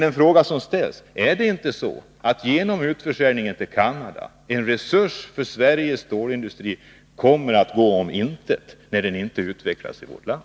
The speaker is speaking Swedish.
En fråga som reser sig är denna: Kommer inte, genom utförsäljningen till Canada, en resurs för Sveriges stålindustri att gå om intet, när den inte utvecklas i vårt land?